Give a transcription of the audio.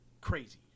crazy